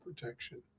protection